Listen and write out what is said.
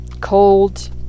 cold